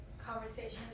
conversations